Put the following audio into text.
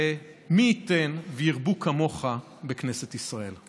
ומי ייתן וירבו כמוך בכנסת ישראל.